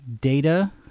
data